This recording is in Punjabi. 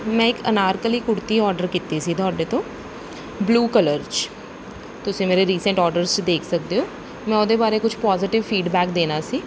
ਮੈਂ ਇੱਕ ਅਨਾਰਕਲੀ ਕੁੜਤੀ ਔਡਰ ਕੀਤੀ ਸੀ ਤੁਹਾਡੇ ਤੋਂ ਬਲੂ ਕਲਰ 'ਚ ਤੁਸੀਂ ਮੇਰੇ ਰੀਸੈਂਟ ਔਡਰ 'ਚ ਦੇਖ ਸਕਦੇ ਹੋ ਮੈਂ ਉਹਦੇ ਬਾਰੇ ਕੁਝ ਪੋਜੀਟਿਵ ਫੀਡਬੈਕ ਦੇਣਾ ਸੀ